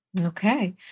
Okay